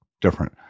different